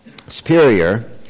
Superior